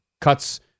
cuts